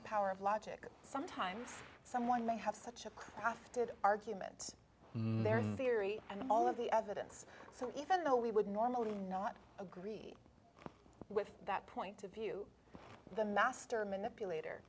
the power of logic sometimes someone may have such a crafted argument their theory and all of the evidence so even though we would normally not agree with that point of view the master manipulator